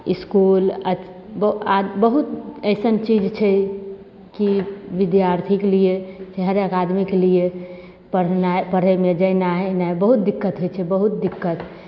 इसकुल आ आ बहुत एहन चीज छै की बिद्यार्थीके लिए जे हरेक आदमी के लिए पढ़नाइ पढ़यमे जेनाइ एनाइ बहुत दिक्कत होइत छै बहुत दिक्कत